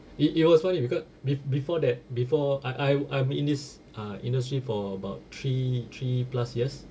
it it was funny because be~ before that be~ before I I I'm in this uh industry for about three three plus years